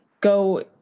go